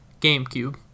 GameCube